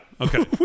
Okay